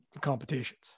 competitions